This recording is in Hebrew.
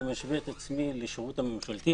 אני משווה לשירות הממשלתי.